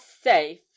safe